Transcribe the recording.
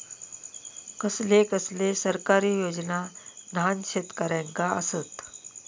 कसले कसले सरकारी योजना न्हान शेतकऱ्यांना आसत?